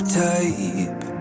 type